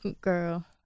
Girl